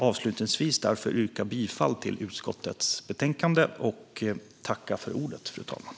Avslutningsvis yrkar jag därför bifall till förslaget i utskottets betänkande.